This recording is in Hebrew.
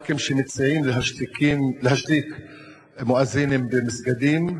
ח"כים שמציעים להשתיק מואזינים במסגדים,